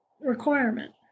requirement